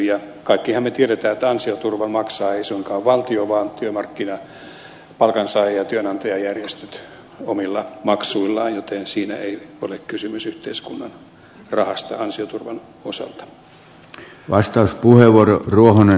kaikkihan me tiedämme että ansioturvan maksaa ei suinkaan valtio vaan palkansaaja ja työnantajajärjestöt omilla maksuillaan joten siinä ei ole kysymys yhteiskunnan rahasta ansioturvan osalta